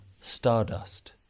stardust